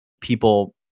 people